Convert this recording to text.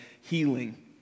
healing